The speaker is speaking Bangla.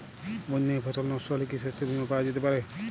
বন্যায় ফসল নস্ট হলে কি শস্য বীমা পাওয়া যেতে পারে?